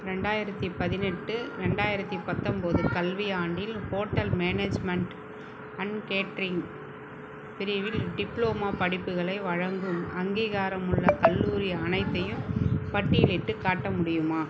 ரெண்டாயிரத்தி பதினெட்டு ரெண்டாயிரத்தி பத்தொம்போது கல்வியாண்டில் ஹோட்டல் மேனேஜ்மெண்ட் அண்ட் கேட்ரிங் பிரிவில் டிப்ளமா படிப்புகளை வழங்கும் அங்கீகாரமுள்ள கல்லூரி அனைத்தையும் பட்டியலிட்டுக் காட்ட முடியுமா